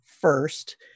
first